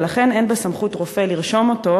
ולכן אין בסמכות רופא לרשום אותו,